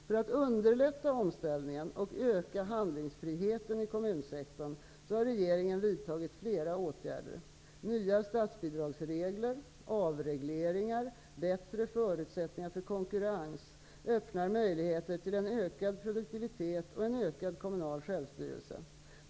För att underlätta omställningen och öka handlingsfriheten i kommunsektorn har regeringen vidtagit flera åtgärder. Nya statsbidragsregler, avregleringar och bättre förutsättningar för konkurrens öppnar möjligheter till en ökad produktivitet och en ökad kommunal självstyrelse.